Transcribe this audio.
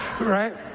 right